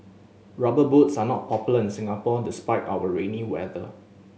Rubber Boots are not popular in Singapore despite our rainy weather